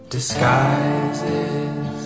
Disguises